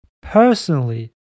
personally